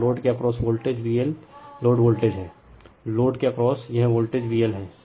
और लोड के across voltage VL load voltage है लोड के अक्रॉस यह वोल्टेज VL है